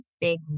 big